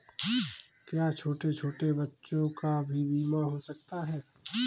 क्या छोटे छोटे बच्चों का भी बीमा हो सकता है?